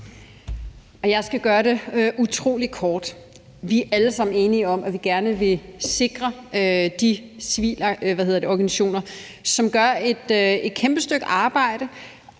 Jeg skal gøre det utrolig kort: Vi er alle sammen enige om, at vi gerne vil sikre de civilorganisationer, som gør et kæmpe stykke arbejde.